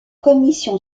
commission